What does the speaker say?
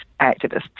activists